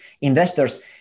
investors